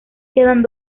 quedan